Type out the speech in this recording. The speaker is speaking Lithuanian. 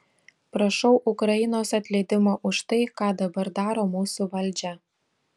prašau ukrainos atleidimo už tai ką dabar daro mūsų valdžią